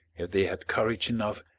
if they had courage enough,